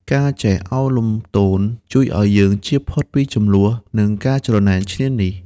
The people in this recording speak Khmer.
ការចេះឱនលំទោនជួយឱ្យយើងជៀសផុតពីជម្លោះ និងការច្រណែនឈ្នានីស។